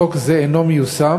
חוק זה אינו מיושם,